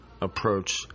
approach